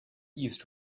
east